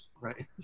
Right